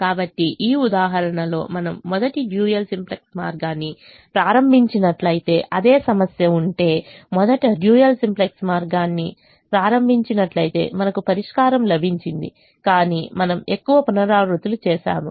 కాబట్టి ఈ ఉదాహరణలో మనం మొదట డ్యూయల్ సింప్లెక్స్ మార్గాన్ని ప్రారంభించినట్లయితే అదే సమస్య ఉంటే మొదట డ్యూయల్ సింప్లెక్స్ మార్గాన్ని ప్రారంభించినట్లయితే మనకు పరిష్కారం లభించింది కాని మనం ఎక్కువ పునరావృత్తులు చేసాము